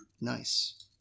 Nice